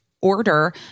order